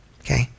okay